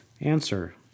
Answer